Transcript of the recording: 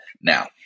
Now